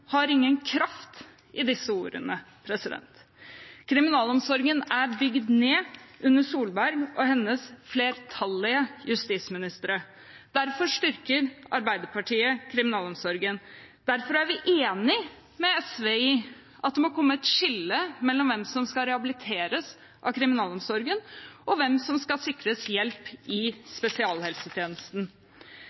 har ingen kraft i disse ordene. Kriminalomsorgen er bygd ned under Solberg og hennes flerfoldige justisministre. Derfor styrker Arbeiderpartiet kriminalomsorgen. Derfor er vi enig med SV i at det må komme et skille mellom hvem som skal rehabiliteres av kriminalomsorgen, og hvem som skal sikres hjelp i spesialhelsetjenesten.